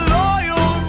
loyal